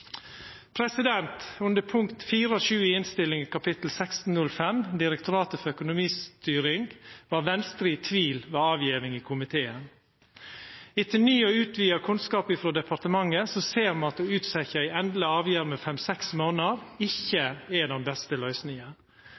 kapittel 1605, Direktoratet for økonomistyring, var Venstre i tvil då komiteen skulle koma med innstillinga. Etter å ha fått ny og utvida kunnskap frå departementet, ser me at det å utsetja ei endeleg avgjerd med fem–seks månader ikkje er den beste løysinga.